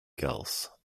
gulls